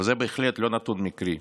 וזה בהחלט לא נתון מקרי.